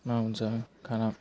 हुन्छ खाना